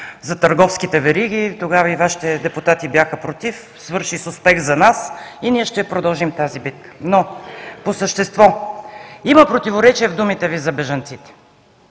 за търговските вериги и тогава и Вашите депутати бяха против, свърши с успех за нас, и ние ще я продължим тази битка. По същество – има противоречия в думите Ви за бежанците.